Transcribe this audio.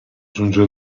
giunge